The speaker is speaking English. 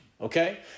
okay